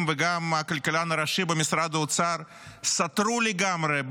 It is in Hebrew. וגם הכלכלן הראשי במשרד האוצר סתרו לגמרי,